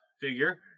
figure